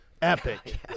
Epic